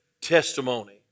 testimony